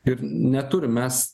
ir neturim mes